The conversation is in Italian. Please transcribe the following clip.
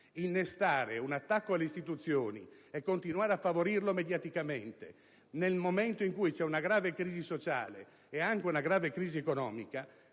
Innestare un attacco alle istituzioni e continuare a favorirlo mediaticamente nel momento in cui c'è una grave crisi sociale e anche una grave crisi economica